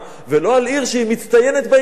ולא על עיר שמצטיינת בעניין הזה.